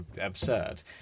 absurd